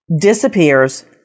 disappears